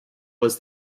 was